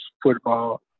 football